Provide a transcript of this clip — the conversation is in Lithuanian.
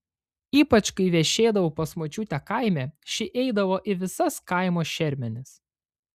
ypač kai viešėdavau pas močiutę kaime ši eidavo į visas kaimo šermenis